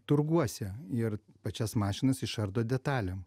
turguose ir pačias mašinas išardo detalėm